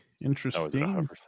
Interesting